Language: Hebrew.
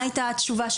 מה הייתה התשובה?